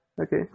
Okay